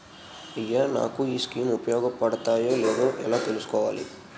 అయ్యా నాకు ఈ స్కీమ్స్ ఉపయోగ పడతయో లేదో ఎలా తులుసుకోవాలి?